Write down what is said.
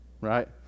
right